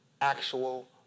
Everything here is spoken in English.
actual